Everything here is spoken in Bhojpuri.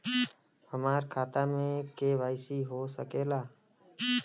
हमार खाता में के.वाइ.सी हो सकेला?